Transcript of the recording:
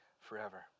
forever